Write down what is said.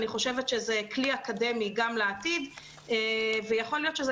אני חושבת שזה כלי אקדמי גם לעתיד ויכול להיות שזה